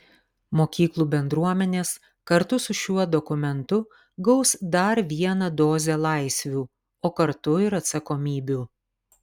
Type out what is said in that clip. mokyklų bendruomenės kartu su šiuo dokumentu gaus dar vieną dozę laisvių o kartu ir atsakomybių